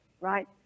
Right